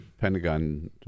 Pentagon